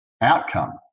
outcome